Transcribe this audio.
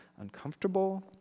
uncomfortable